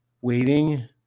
waiting